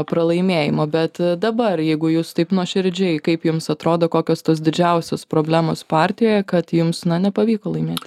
pralaimėjimo bet dabar jeigu jūs taip nuoširdžiai kaip jums atrodo kokios tos didžiausios problemos partijoje kad jums na nepavyko laimėt